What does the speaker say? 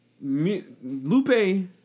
Lupe